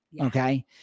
okay